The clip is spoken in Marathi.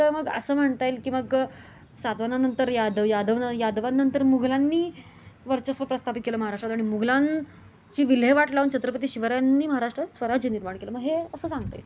तर मग असं म्हणता येईल की मग सातवाहनानंतर याद यादव न यादवांनंतर मुघलांनी वर्चस्व प्रस्थापित केलं महाराष्ट्रात आणि मुघलांची विल्हेवाट लावून छत्रपती शिवरायांनी महाराष्ट्रात स्वराज्य निर्माण केलं मग हे असं सांगता येईल